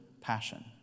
passion